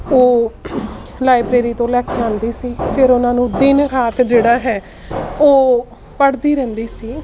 ਉਹ ਲਾਈਬਰੇਰੀ ਤੋਂ ਲੈ ਕੇ ਆਉਂਦੀ ਸੀ ਫਿਰ ਉਹਨਾਂ ਨੂੰ ਦਿਨ ਰਾਤ ਜਿਹੜਾ ਹੈ ਉਹ ਪੜ੍ਹਦੀ ਰਹਿੰਦੀ ਸੀ